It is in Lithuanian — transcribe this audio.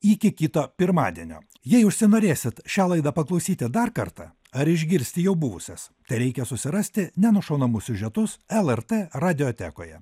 iki kito pirmadienio jei užsinorėsit šią laidą paklausyti dar kartą ar išgirsti jau buvusias tereikia susirasti nenušaunamus siužetus lrt radiotekoje